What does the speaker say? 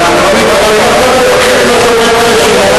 אבל אנחנו לא מתווכחים עם השופט חשין.